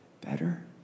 better